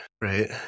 right